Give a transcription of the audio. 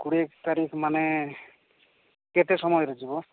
କୋଡ଼ିଏ ତାରିଖ ମାନେ କେତେ ସମୟରେ ଯିବ